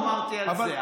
לא אמרתי על זה.